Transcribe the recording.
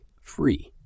Free